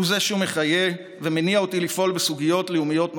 הוא זה שמחיה ומניע אותי לפעול בסוגיות לאומיות נוספות.